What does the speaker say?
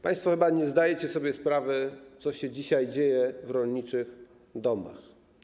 Państwo chyba nie zdajecie sobie sprawy, co się dzisiaj dzieje w rolniczych domach.